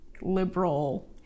liberal